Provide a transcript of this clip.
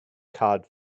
cod